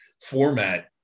format